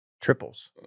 triples